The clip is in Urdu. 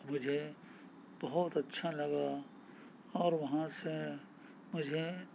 مجھے بہت اچھا لگا اور وہاں سے مجھے